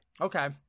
Okay